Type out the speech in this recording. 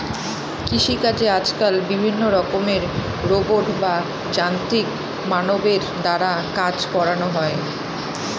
কৃষিকাজে আজকাল বিভিন্ন রকমের রোবট বা যান্ত্রিক মানবের দ্বারা কাজ করানো হয়